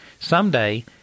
Someday